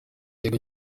ikigo